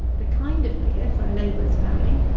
the kind of beer, for a labourer's family,